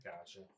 Gotcha